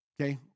okay